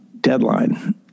Deadline